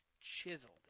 chiseled